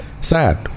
sad